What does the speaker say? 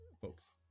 folks